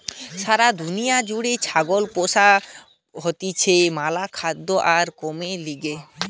সারা দুনিয়া জুড়ে ছাগল পোষা হতিছে ম্যালা খাদ্য আর কামের লিগে